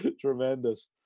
Tremendous